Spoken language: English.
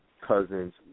cousins